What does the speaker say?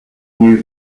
new